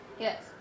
Yes